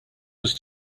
was